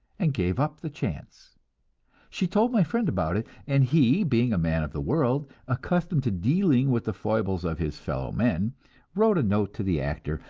and gave up the chance she told my friend about it, and he, being a man of the world, accustomed to dealing with the foibles of his fellowmen, wrote a note to the actor,